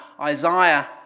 Isaiah